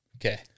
Okay